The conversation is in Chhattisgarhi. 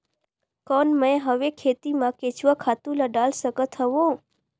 कौन मैं हवे खेती मा केचुआ खातु ला डाल सकत हवो?